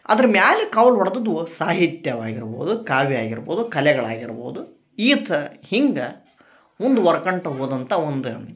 ಅದ್ರ ಮ್ಯಾಲೆ ಕವಲು ಒಡ್ದದ್ದು ಸಾಹಿತ್ಯವಾಗಿರ್ಬೋದು ಕಾವ್ಯ ಆಗಿರ್ಬೋದು ಕಲೆಗಳು ಆಗಿರ್ಬೋದು ಈತ ಹೀಗೆ ಮುಂದ್ವರ್ಕಂತಾ ಹೋದಂಥ ಒಂದು